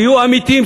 תהיו אמיתיים,